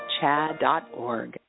chad.org